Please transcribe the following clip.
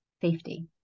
safety